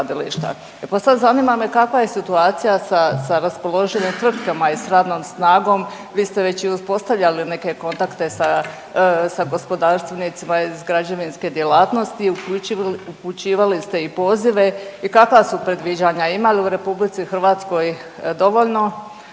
zanima me kakva je situacija sa raspoloživim tvrtkama i s radnom snagom, vi ste već i uspostavljali neke kontakte sa gospodarstvenicima iz građevinske djelatnosti i upućivali ste i pozive i kakva su predviđanja? Ima li u RH dovoljno